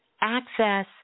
access